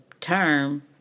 term